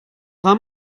dra